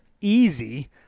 easy